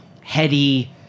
heady